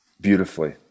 beautifully